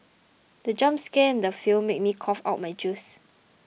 the jump scare in the film made me cough out my juice